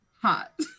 hot